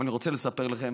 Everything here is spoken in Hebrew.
אבל אני רוצה לספר לכם,